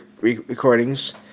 recordings